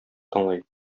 тыңлый